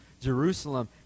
Jerusalem